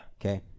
Okay